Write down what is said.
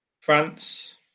France